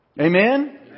Amen